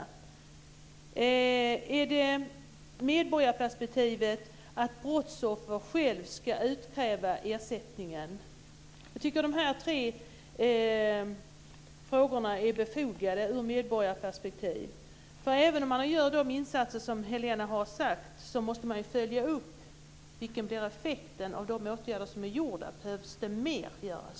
Är det medborgarperspektiv att brottsoffren själva ska utkräva ersättningen? Jag tycker att de här tre frågorna är befogade ur medborgarperspektiv. Även om man gör de insatser som Helena har nämnt måste man följa upp och se vilken effekt det blev av de åtgärder som är genomförda och om mer behöver göras.